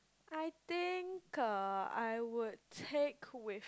I think uh I would take with